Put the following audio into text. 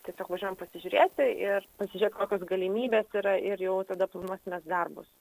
tiesiog važiuojam pasižiūrėti ir pasižiūrėt kokios galimybės yra ir jau tada planuosimės darbus